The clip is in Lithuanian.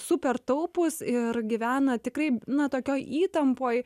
super taupūs ir gyvena tikrai na tokioj įtampoj